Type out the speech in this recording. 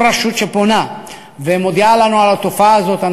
כל רשות שפונה ומודיעה לנו על התופעה הזאת,